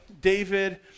David